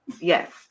Yes